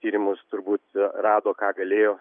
tyrimus turbūt rado ką galėjo